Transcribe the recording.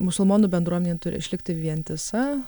musulmonų bendruomenė turi išlikti vientisa